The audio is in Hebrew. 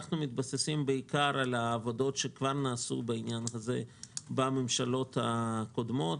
אנחנו מתבססים בעיקר על עבודות שכבר נעשו בעניין הזה בממשלות הקודמות.